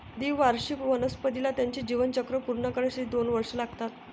द्विवार्षिक वनस्पतीला त्याचे जीवनचक्र पूर्ण करण्यासाठी दोन वर्षे लागतात